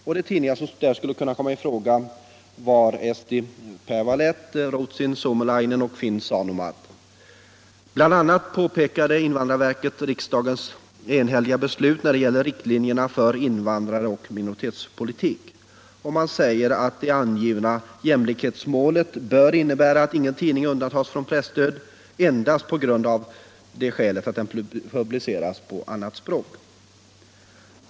Och de tidningar som skulle kunna komma i fråga var Eesti Päevaleht, Ruotsin Suomalainen och Finn Sanomat. Bl. a. påpekade invandrarverket riksdagens enhälliga beslut när det gäller riktlinjerna för invandraroch minoritetspolitik, och man sade att det angivna jämlikhetsmålet bör innebära att ingen tidning undantas från presstöd endast på grund av att den publiceras på annat språk.